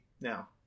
now